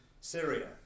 Syria